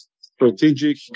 strategic